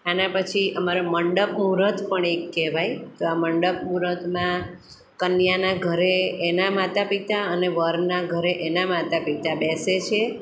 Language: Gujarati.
આના પછી અમારે મંડપ મૂરત પણ એક કહેવાય આ મંડપ મૂરતમાં કન્યાનાં ઘરે એનાં માતા પિતા અને વરનાં ઘરે એનાં માતા પિતા બેસે છે